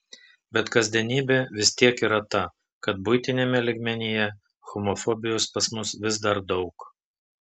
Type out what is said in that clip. bet kasdienybė vis tiek yra ta kad buitiniame lygmenyje homofobijos pas mus vis dar daug